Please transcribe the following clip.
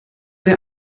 der